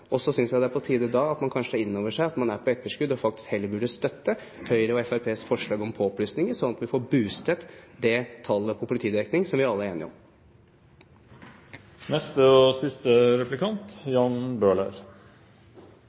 Så synes jeg det er på tide da at man kanskje tar inn over seg at man er på etterskudd og faktisk heller burde støtte Høyres og Fremskrittspartiets forslag om påplussinger, sånn at vi får boostet det tallet på politidekning som vi alle er enige